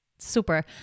Super